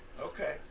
Okay